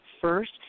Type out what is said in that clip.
first